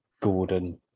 Gordon